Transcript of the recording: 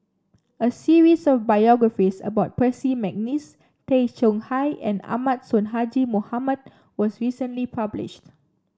a series of biographies about Percy McNeice Tay Chong Hai and Ahmad Sonhadji Mohamad was recently published